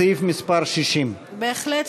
בסעיף מס' 60. בהחלט.